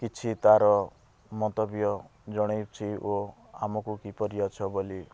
କିଛି ତାର ମନ୍ତବ୍ୟ ଜଣାଇଛି ଓ ଆମକୁ କିପରି ଅଛ ବୋଲି